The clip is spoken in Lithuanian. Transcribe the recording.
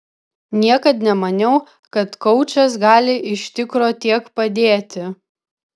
niekad nemaniau kad koučas gali iš tikro tiek padėti